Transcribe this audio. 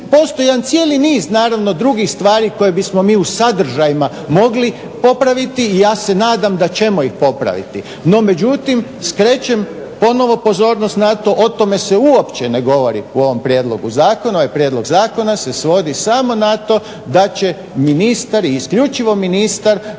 postoji jedan cijeli niz naravno drugih stvari koje bismo mi u sadržajima mogli popraviti i ja se nadam da ćemo ih popraviti. No međutim, skrećem ponovno pozornost na to, o tome se uopće ne govori u ovom prijedlogu zakona. Ovaj prijedlog zakona se svodi samo na to da će ministar i isključivo ministar